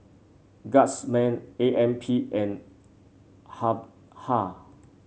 Guardsman A M P and Habhal